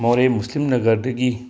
ꯃꯣꯔꯦ ꯃꯨꯁꯂꯤꯝ ꯅꯒ꯭ꯔꯗꯒꯤ